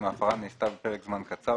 אם ההפרה נעשתה בפרק זמן קצר,